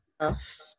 enough